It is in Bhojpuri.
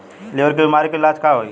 लीवर के बीमारी के का इलाज होई?